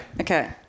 Okay